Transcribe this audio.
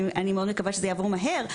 ואני מאוד מקווה שזה יעבור מהר,